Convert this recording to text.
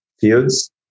fields